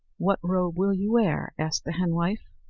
what robe will you wear? asked the henwife.